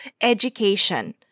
education